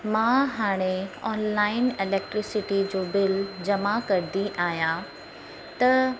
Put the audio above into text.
मां हाणे online electricity जो बिल जमा कंदी आहियां त